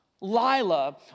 Lila